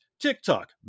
TikTok